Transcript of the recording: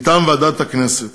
מטעם ועדת הכנסת.